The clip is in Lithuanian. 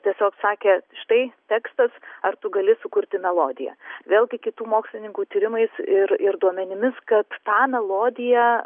tiesiog sakė štai tekstas ar tu gali sukurti melodiją vėlgi kitų mokslininkų tyrimais ir ir duomenimis kad tą melodiją